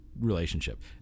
Relationship